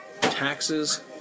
taxes